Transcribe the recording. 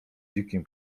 dzikim